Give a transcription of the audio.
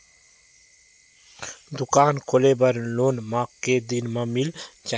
दुकान खोले बर लोन मा के दिन मा मिल जाही?